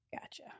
Gotcha